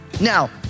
Now